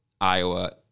Iowa